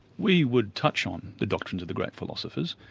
we would touch on the doctrines of the great philosophers,